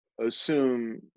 assume